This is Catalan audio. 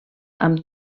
amb